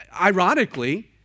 Ironically